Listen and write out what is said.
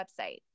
website